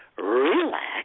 relax